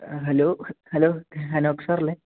hello hello Alok സാറല്ലേ